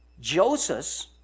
Joseph